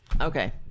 Okay